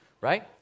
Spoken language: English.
Right